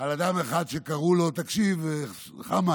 על אדם אחד שקראו לו, תקשיב, חמד,